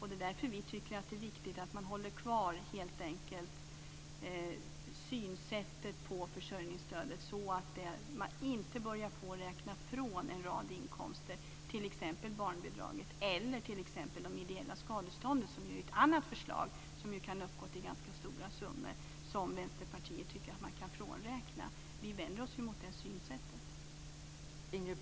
Det är därför vi tycker att det är viktigt att man håller kvar synsättet på försörjningsstödet och inte börjar räkna från en rad inkomster, t.ex. barnbidraget eller de ideella skadestånden. Det är ju ett annat förslag som kan uppgå till ganska stora summor som Vänsterpartiet tycker att man kan frånräkna. Vi vänder oss mot det synsättet.